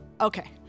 Okay